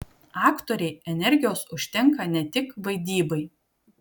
aktorei energijos užtenka ne tik vaidybai